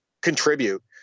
contribute